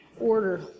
order